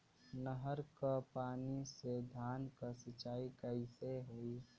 नहर क पानी से धान क सिंचाई कईसे होई?